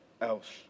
else